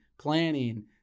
planning